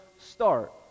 start